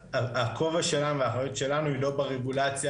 הכובע שלנו והאחריות שלנו היא לא ברגולציה